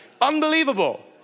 unbelievable